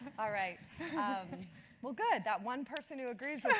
ah right, um well, good, that one person who agrees